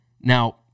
Now